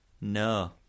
No